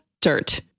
dirt